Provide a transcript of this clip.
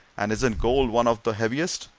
and isn't gold one of the heaviest